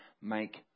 make